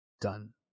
Done